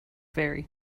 vary